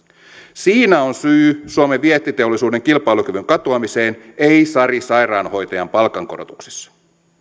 siinä on syy suomen vientiteollisuuden kilpailukyvyn katoamiseen ei sari sairaanhoitajan palkankorotuksissa